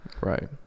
Right